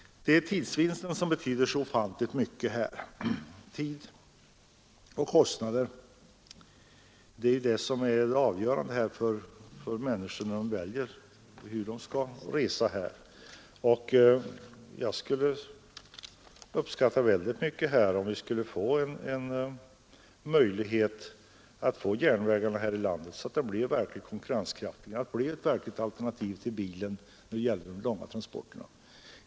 Tidsvinsten betyder ofantligt mycket. Tid och kostnader är det avgörande för människorna när de väljer hur de skall resa, och jag skulle uppskatta om järnvägarna här i landet blev konkurrenskraftiga och ett verkligt alternativ till bilen när det gäller de långa transporterna.